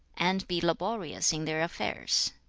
and be laborious in their affairs